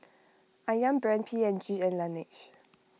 Ayam Brand P and G and Laneige